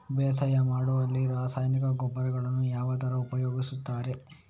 ಬೇಸಾಯ ಮಾಡುವಲ್ಲಿ ರಾಸಾಯನಿಕ ಗೊಬ್ಬರಗಳನ್ನು ಯಾವ ತರ ಉಪಯೋಗಿಸುತ್ತಾರೆ?